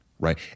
right